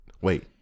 Wait